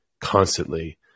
constantly